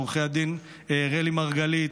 לעורכי הדין רלי מרגלית,